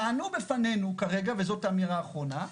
טענו בפנינו כרגע, וזאת האמירה האחרונה,